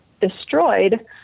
destroyed